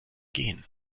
gehen